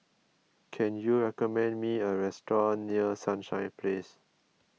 can you recommend me a restaurant near Sunshine Place